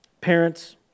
parents